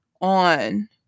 on